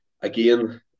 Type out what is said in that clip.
again